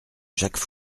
jacques